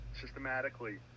systematically